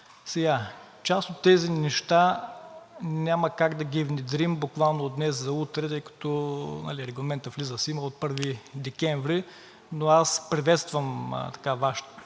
други. Част от тези неща няма как да ги внедрим буквално от днес за утре, тъй като Регламентът влиза в сила от 1 декември, но аз приветствам Вашето